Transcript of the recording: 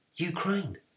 Ukraine